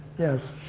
yes.